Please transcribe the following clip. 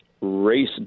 race